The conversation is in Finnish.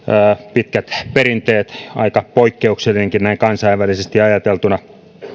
pitkät perinteet ja se on aika poikkeuksellinenkin näin kansainvälisesti ajateltuna